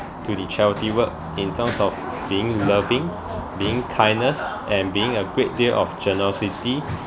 to the charity work in terms of being loving being kindness and being a great deal of generosity